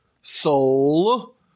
soul